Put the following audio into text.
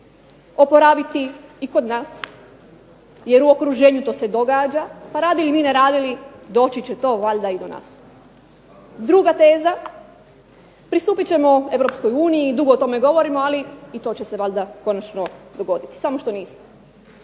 oporaviti i kod nas jer u okruženju to se događa, radili mi ne radili doći će to valjda i do nas. Druga teza, pristupit ćemo Europskoj uniji, dugo o tome govorimo, ali i to će se valjda konačno dogoditi, samo što nismo.